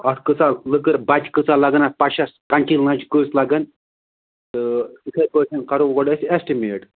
اَتھ کۭژاہ لٔکٕر بَچہِ کۭژاہ لَگن اَتھ پَشَس ٹنٛٹی لَنٛچ کٔژ لَگن تہٕ یِتھَے پٲٹھۍ کڑو گۄڈٕ أسۍ اٮ۪سٹِمیٹ